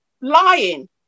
lying